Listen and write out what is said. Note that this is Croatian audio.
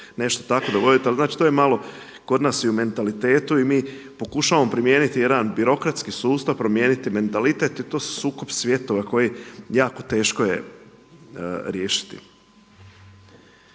nešto tako dogoditi, ali znači to je kod malo i u mentalitetu i mi pokušavamo primijeniti jedan birokratski sustav, promijeniti mentalitet i to je sukob svjetova koji jako teško je riješiti.